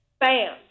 bam